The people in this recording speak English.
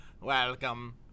welcome